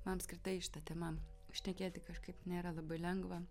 apskritai šita tema šnekėti kažkaip nėra labai lengva